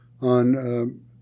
on